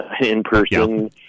in-person